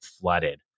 flooded